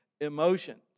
emotions